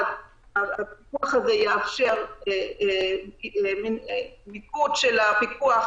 הפיקוח הזה יאפשר מין מיקוד של הפיקוח